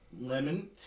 Lemon